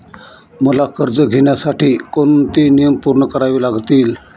मला कर्ज घेण्यासाठी कोणते नियम पूर्ण करावे लागतील?